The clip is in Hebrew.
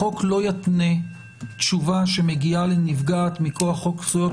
החוק לא יתנה תשובה שמגיעה לנפגעת מכוח חוק זכויות